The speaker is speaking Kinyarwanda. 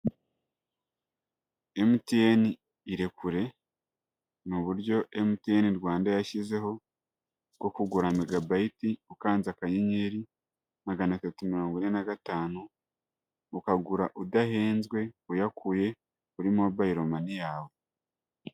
MTN irekure, ni uburyo MTN Rwanda yashyizeho bwo kugura megabayiti, ukanze akanyenyeri magana atatu mirongo ine na gatanu, ukagura udahenzwe, uyakuye kuri mobayilo mani yawe.